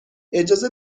اجازه